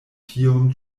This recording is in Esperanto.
tiom